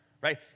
right